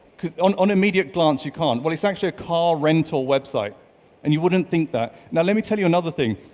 on on immediate glance, you can't. well it's actually a car rental website and you wouldn't think that. now let me tell you another thing.